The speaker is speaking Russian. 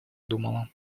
думала